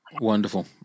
Wonderful